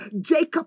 Jacob